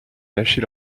lâcher